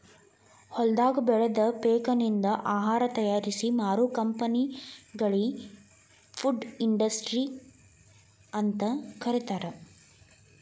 ಹೊಲದಾಗ ಬೆಳದ ಪೇಕನಿಂದ ಆಹಾರ ತಯಾರಿಸಿ ಮಾರೋ ಕಂಪೆನಿಗಳಿ ಫುಡ್ ಇಂಡಸ್ಟ್ರಿ ಅಂತ ಕರೇತಾರ